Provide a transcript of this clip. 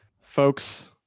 Folks